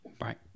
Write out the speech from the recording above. Right